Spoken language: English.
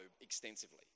extensively